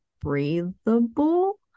breathable